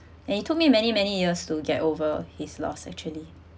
and it took me many many years to get over his loss actually